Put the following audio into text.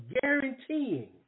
guaranteeing